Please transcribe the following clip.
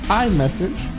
iMessage